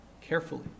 carefully